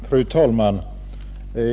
Fru talman!